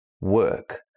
work